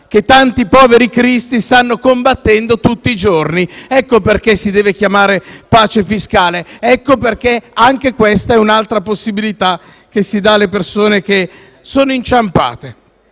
che tanti poveri cristi stanno combattendo tutti i giorni. Per questo si deve chiamare pace fiscale, perché questa è un'altra possibilità che si dà alle persone che sono inciampate.